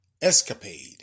Escapade